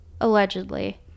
Allegedly